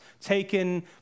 taken